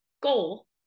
goal